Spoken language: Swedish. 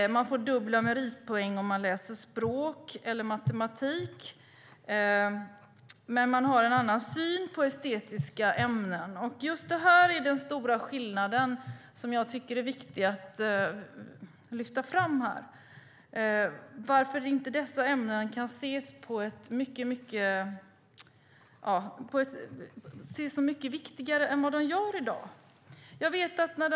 Eleverna får dubbla meritpoäng om de läser språk eller matematik, men synen på estetiska ämnen är en annan. Detta är den stora skillnaden som är viktig att lyfta fram. Varför kan inte dessa ämnen ses som mycket viktigare än vad de gör i dag?